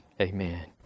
Amen